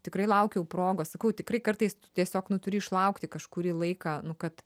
tikrai laukiau progos sakau tikrai kartais tiesiog nu turi išlaukti kažkurį laiką nu kad